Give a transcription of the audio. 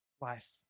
life